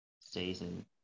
season